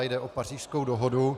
Jde o Pařížskou dohodu.